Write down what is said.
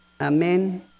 Amen